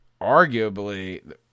arguably